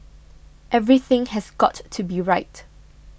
everything has got to be right